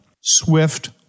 Swift